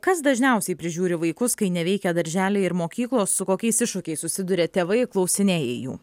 kas dažniausiai prižiūri vaikus kai neveikia darželiai ir mokyklos su kokiais iššūkiais susiduria tėvai klausinėjai jų